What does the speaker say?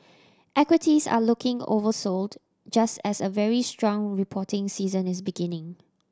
equities are looking oversold just as a very strong reporting season is beginning